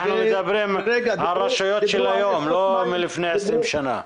אנחנו מדברים על רשויות של היום, לא מלפני 20 שנה.